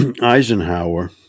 Eisenhower